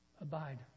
abide